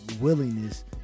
willingness